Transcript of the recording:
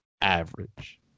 average